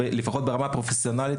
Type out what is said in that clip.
לפחות ברמה הפרופסיונאלית,